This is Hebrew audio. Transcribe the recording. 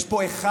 יש פה אחד,